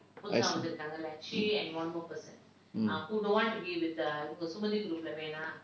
I see mm mm